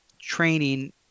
training